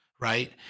right